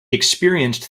experienced